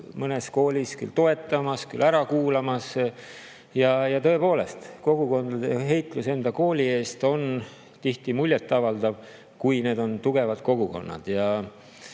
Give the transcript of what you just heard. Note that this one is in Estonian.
mõnes koolis küll toetamas, küll ära kuulamas. Tõepoolest, kogukondade heitlus enda kooli eest on tihti muljet avaldav, kui need on tugevad kogukonnad.